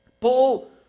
Paul